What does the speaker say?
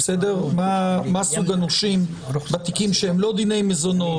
מה סוג הנושים בתיקים שהם לא דיני מזונות,